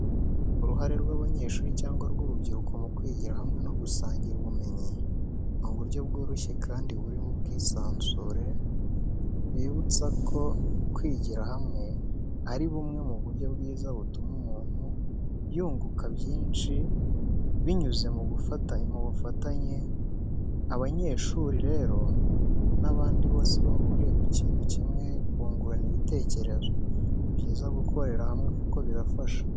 Uruhare rw’abanyeshuri cyangwa urubyiruko mu kwigira hamwe no gusangira ubumenyi, ni buryo bworoshye kandi burimo ubwisanzure, bibutsa ko kwigira hamwe ari bumwe mu buryo bwiza butuma umuntu yunguka byinshi binyuze mu bufatanye. Abanyeshuri rero kimwe n'abandi bose bahuriye ku kintu kimwe bungurana ibitekerezo. Ni byiza gukorera hamwe kuko birabafasha.